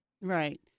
Right